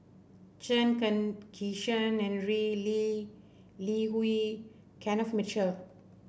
Chen Kezhan Henri Lee Li Hui Kenneth Mitchell